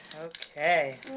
Okay